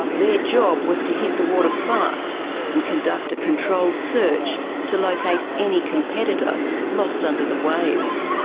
their job was to hit the water fast and conduct a controlled search to locate any competitor lost under the waves.